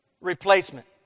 replacement